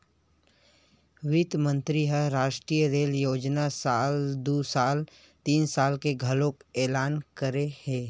बित्त मंतरी ह रास्टीय रेल योजना साल दू हजार तीस के घलोक एलान करे हे